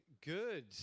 good